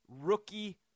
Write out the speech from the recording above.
rookie